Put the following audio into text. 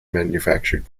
manufactured